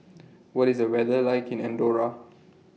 What IS The weather like in Andorra